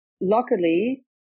luckily